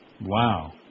Wow